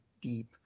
deep